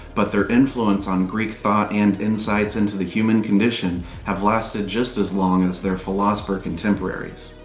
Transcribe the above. but their influence on greek thought and insights into the human condition have lasted just as long as their philosopher contemporaries.